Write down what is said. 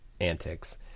antics